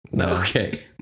Okay